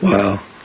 Wow